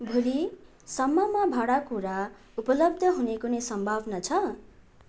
भोलिसम्ममा भाँडाकुँडा उपलब्ध हुने कुनै सम्भावना छ